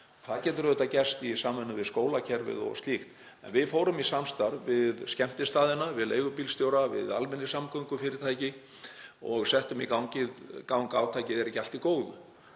Það getur auðvitað gerst í samvinnu við skólakerfið og slíkt en við fórum í samstarf við skemmtistaðina, við leigubílstjóra, við almenningssamgöngufyrirtæki og settum í gang átakið Er allt í góðu?